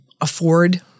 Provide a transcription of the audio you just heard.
afford